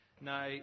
Now